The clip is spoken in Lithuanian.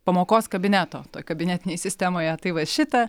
pamokos kabineto toj kabinetinėj sistemoje tai va šitą